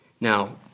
Now